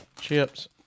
chips